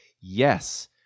yes